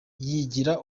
yigira